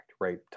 right